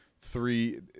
three